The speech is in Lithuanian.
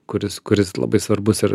kuris kuris labai svarbus ir